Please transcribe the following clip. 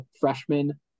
freshman